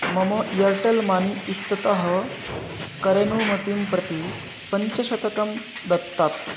मम Airtel money इत्यतः करेनुमतिं प्रति पञ्चशतं दद्यात्